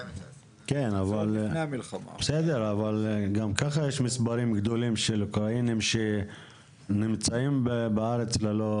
גם ככה יש מספרים גדולים של אוקראינים שנמצאים בארץ ללא